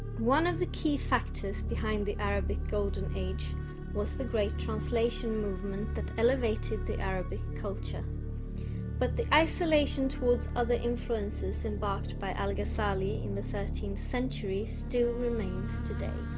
one of the key factors behind the arabic golden age was the great translation movement that elevated the arabic culture but the isolation towards other influences embarked by al-ghazali in the thirteenth century still remains today